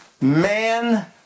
Man